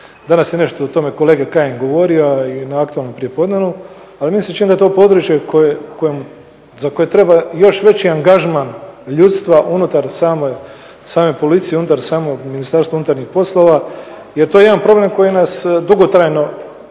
danas je nešto o tome kolega Kajin govorio i na aktualnom prijepodnevu ali meni se čini da je to područje za koje treba još veći angažman ljudstva unutar same policije, unutar samog Ministarstva unutarnjih poslova jer to je jedan problem koji nas dugotrajno